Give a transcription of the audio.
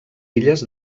illes